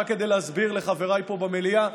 רק כדי להסביר לחבריי פה במליאה,